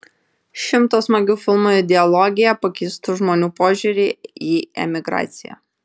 šimto smagių filmų ideologija pakeistų žmonių požiūrį į emigraciją